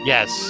Yes